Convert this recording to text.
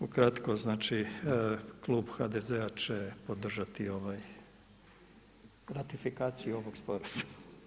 Ukratko znači klub HDZ-a će podržati ovaj ratifikaciju ovog sporazuma.